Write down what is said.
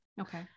Okay